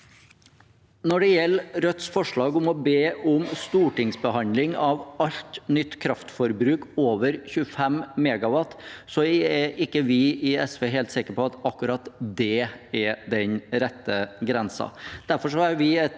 Når det gjelder Rødts forslag om å be om stortingsbehandling av alt nytt kraftforbruk over 25 MW, er ikke vi i SV helt sikker på at akkurat det er den rette grensen.